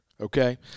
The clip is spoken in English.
okay